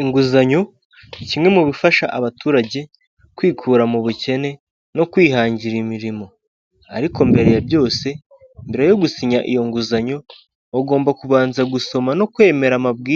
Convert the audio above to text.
Inzu nini igeretse y'amacumbi yishyurwa ifite amabara y'umweru hasi yayo hari imitaka y'imikara ndetse n'intebe zizengurutse ,ubwogero rusange bukoreshwa n'abayigana mu kuruhura mu mutwe